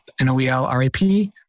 N-O-E-L-R-A-P